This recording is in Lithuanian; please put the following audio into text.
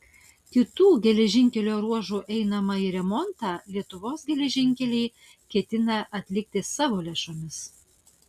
kitų geležinkelio ruožų einamąjį remontą lietuvos geležinkeliai ketina atlikti savo lėšomis